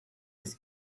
this